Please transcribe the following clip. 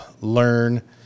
learn